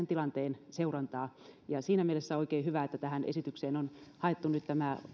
tilanteen seurantaa siinä mielessä oikein hyvä että tähän esitykseen on nyt haettu rinnalle tämä